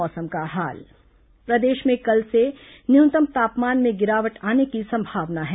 मौसम प्रदेश में कल से न्यूनतम तापमान में गिरावट आने की संभावना है